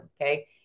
Okay